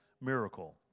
miracle